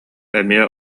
эмиэ